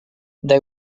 they